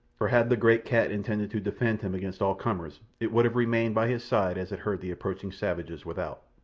for had the great cat intended to defend him against all comers it would have remained by his side as it heard the approaching savages without.